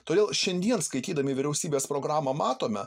todėl šiandien skaitydami vyriausybės programą matome